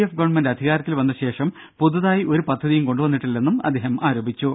F government അധികാരത്തിൽ വന്ന ശേഷം പുതുതായി ഒരു പദ്ധതിയും കൊണ്ടു വന്നിട്ടില്ലെന്നും അദ്ദേഹം ആരോപിച്ചു